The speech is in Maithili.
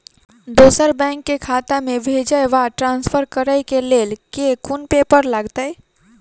दोसर बैंक केँ खाता मे भेजय वा ट्रान्सफर करै केँ लेल केँ कुन पेपर लागतै?